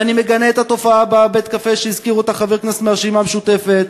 ואני מגנה את התופעה בבית-הקפה שהזכיר חבר כנסת מהרשימה המשותפת,